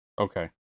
Okay